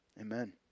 Amen